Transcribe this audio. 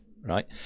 right